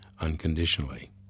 unconditionally